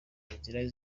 inzira